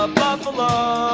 buffalo